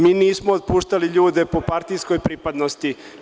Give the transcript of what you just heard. Mi nismo otpuštali ljude po partijskoj pripadnosti.